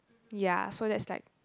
ya so that's like